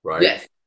Yes